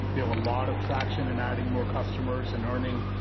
we have a lot of traction in adding more customers and earning